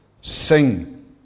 Sing